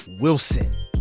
Wilson